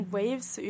Waves